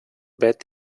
bet